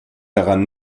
daran